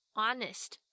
honest